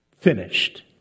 finished